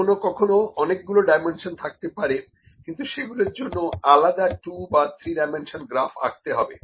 কখনো কখনো অনেকগুলো ডাইমেনশন থাকতে পারে কিন্তু সেগুলোর জন্য আলাদা 2 বা 3 ডাইমেনশন গ্রাফ আঁকতে হবে